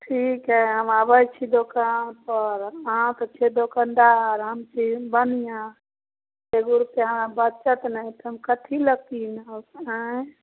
ठीक हइ हम आबै छी दोकानपर अहाँके छी दोकानदार हम छी बनिआ एगो रुपैआ हमरा बचत नहि तऽ हम कथीलए कीनब अँए